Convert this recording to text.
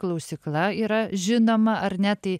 klausykla yra žinoma ar ne tai